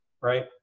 right